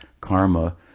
karma